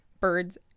birds